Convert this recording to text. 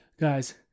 Guys